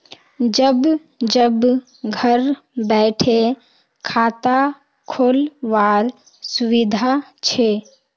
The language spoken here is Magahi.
जब जब घर बैठे खाता खोल वार सुविधा छे